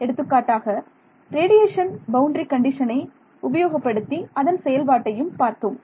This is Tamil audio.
எடுத்துக்காட்டாக நாம் ரேடியேஷன் பவுண்டரி கண்டிஷனை உபயோகப்படுத்தி அதன் செயல்பாட்டையும் பார்த்தோம்